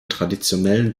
traditionellen